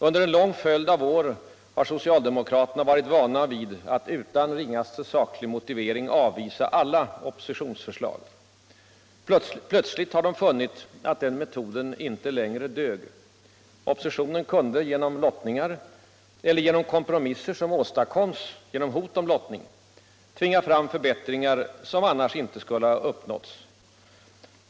Under en lång följd av år har socialdemokraterna varit vana att utan den ringaste sakliga motivering avvisa alla oppositionens förslag. Plötsligt fann de att den metoden inte längre dög. Oppositionen kunde genom lottningar — eller genom kompromisser som åstadkoms genom hot om lottning — tvinga fram förbättringar som annars inte skulle ha uppnåtts.